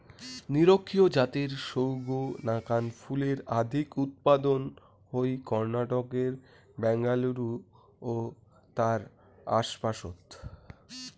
নিরক্ষীয় জাতের সৌগ নাকান ফুলের অধিক উৎপাদন হই কর্ণাটকের ব্যাঙ্গালুরু ও তার আশপাশত